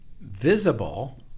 visible